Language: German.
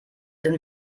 sind